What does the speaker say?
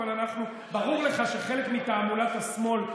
אבל ברור לך שחלק מתעמולת השמאל,